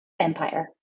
empire